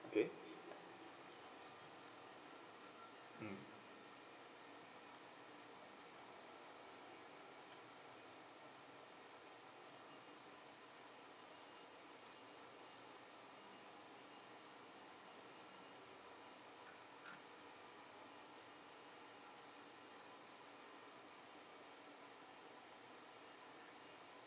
okay mm